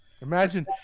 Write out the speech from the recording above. Imagine